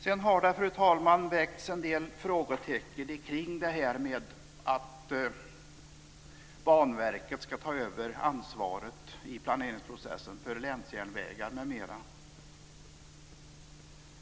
Sedan har det, fru talman, rests en del frågetecken kring detta med att Banverket ska ta över ansvaret i planeringsprocessen för länsjärnvägar m.m.